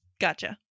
Gotcha